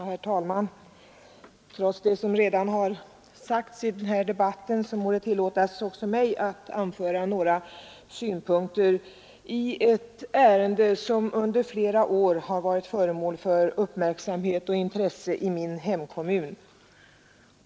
Herr talman! Trots det som redan har sagts i denna debatt må det tillåtas också mig att anföra några synpunkter i ett ärende som under flera år varit föremål för uppmärksamhet och intresse i min hemkommun.